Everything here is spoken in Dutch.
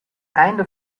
einde